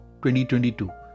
2022